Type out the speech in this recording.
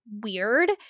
weird